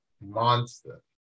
monster